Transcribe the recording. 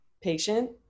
patient